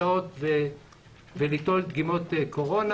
כך שהוא יכול לעמוד שם כמה שעות וליטול דגימות קורונה.